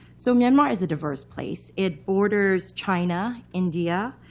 so myanmar is a diverse place. it borders china, india,